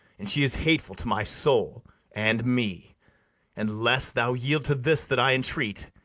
and she is hateful to my soul and me and, less thou yield to this that i entreat,